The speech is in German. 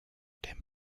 dem